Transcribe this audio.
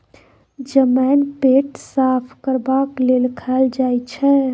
जमैन पेट साफ करबाक लेल खाएल जाई छै